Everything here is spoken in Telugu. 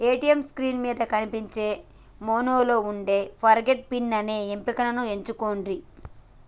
ఏ.టీ.యం స్క్రీన్ మీద కనిపించే మెనూలో వుండే ఫర్గాట్ పిన్ అనే ఎంపికను ఎంచుకొండ్రి